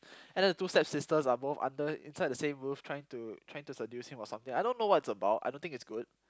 and then the two stepsisters are both under inside the same roof trying to trying to seduce him or something I don't know what's about I don't think it's good